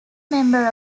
member